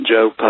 Joe